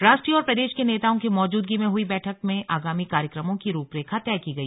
राष्ट्रीय और प्रदेश के नेताओं की मौजूदगी में हुई बैठक में आगामी कार्यक्रमों की रूपरेखा तय की गई